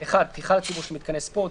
(1)פתיחה לציבור של מיתקני ספורט,